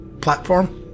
platform